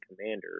commander